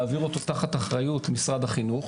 להעביר אותו תחת אחריות משרד החינוך,